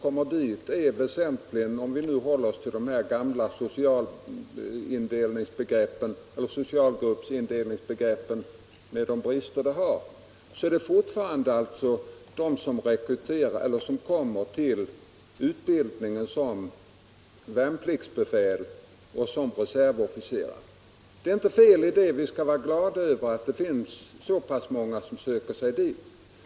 Om vi håller oss till den gamla socialgruppsindelningen, med de brister den har, så är det alltså fortfarande på det sättet att de pojkar som söker sig till utbildningen som värnpliktsbefäl och reservofficerare till största delen kommer från socialgrupp 1. Det är inget fel i att de kommer: Vi skall vara glada över att så pass många söker sig till befälsutbildningen.